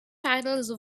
titles